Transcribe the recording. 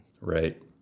right